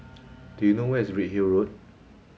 do you know where is Redhill Road